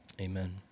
amen